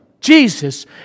Jesus